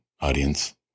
audience